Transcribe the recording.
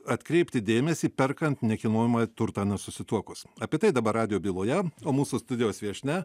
atkreipti dėmesį perkant nekilnojamąjį turtą nesusituokus apie tai dabar radijo byloje o mūsų studijos viešnia